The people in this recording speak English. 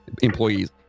employees